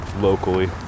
locally